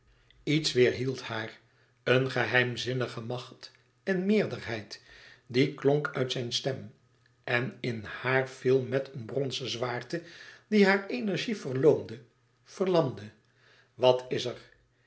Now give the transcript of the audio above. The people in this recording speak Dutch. iets weêrhield haar een geheimzinnige macht en meerderheid die klonk uit zijn stem en in haar viel met een bronzen zwaarte die hare energie verloomde verlamde wat is er